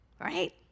right